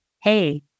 hey